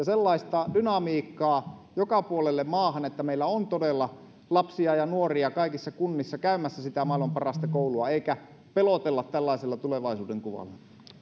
sellaista dynamiikkaa joka puolelle maahan että meillä on todella lapsia ja nuoria kaikissa kunnissa käymässä sitä maailman parasta koulua eikä pelotella tällaisella tulevaisuudenkuvalla